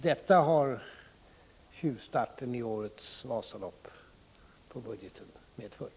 Detta har tjuvstarten i årets ”budgetvasalopp” medfört.